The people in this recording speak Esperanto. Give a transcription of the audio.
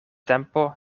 tempo